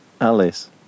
Alice